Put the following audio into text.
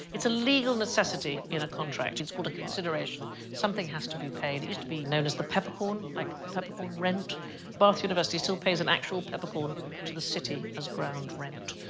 it's a legal necessity in a contract. it's called a consideration something has to be paid. it used to be known as the peppercorn, like peppercorn rent bath university still pays an actual peppercorn to the city as ground rent